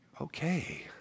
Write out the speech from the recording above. Okay